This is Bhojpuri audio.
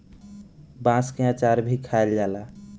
बांस के अचार भी खाएल जाला